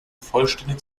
vollständig